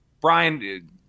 brian